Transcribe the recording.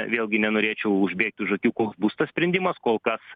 vėlgi nenorėčiau užbėgt už akių koks būsto sprendimas kol kas